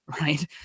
right